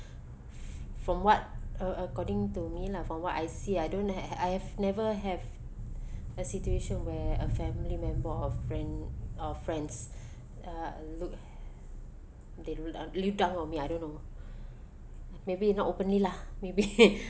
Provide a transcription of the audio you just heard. from what uh according to me lah from what I see I don't ha~ ha~ I've never have a situation where a family member or friend or friends uh look they lo~ uh look down on me I don't know maybe not openly lah maybe